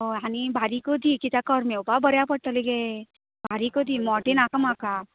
हय आनी बारीक दी कित्याक करमेवपाक बऱ्या पडटलें गे बारीक दी मोटे नाका म्हाका